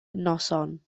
noson